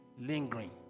Lingering